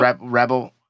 Rebel